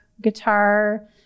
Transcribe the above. guitar